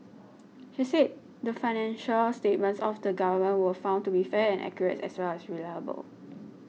he said the financial statements of the Government were found to be fair and accurate as well as reliable